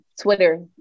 twitter